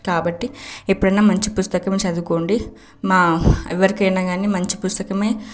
కాబట్టి ఎప్పుడైనా మంచి పుస్తకం చదువుకోండి మా ఎవరికైనా కానీ మంచి పుస్తకమే